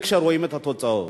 כשרואים את התוצאות.